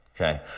okay